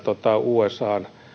usan